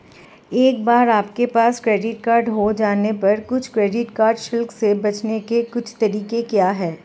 एक बार आपके पास क्रेडिट कार्ड हो जाने पर कुछ क्रेडिट कार्ड शुल्क से बचने के कुछ तरीके क्या हैं?